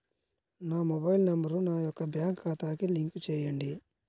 నా mobile number నా యొక్క బ్యాంక్ ఖాతాకి లింక్ చేయండీ?